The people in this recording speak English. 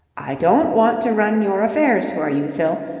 i don't want to run your affairs for you, fill,